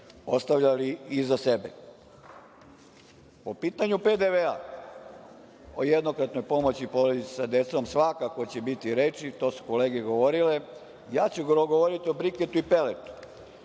ostavljali iza sebe? Po pitanju PDV-a, o jednokratnoj pomoći porodica sa decom, svakako će biti reči, to su kolege govorile. Ja ću govoriti o briketu i peletu